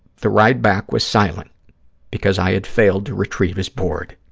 the ride back was silent because i had failed to retrieve his board.